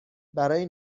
برای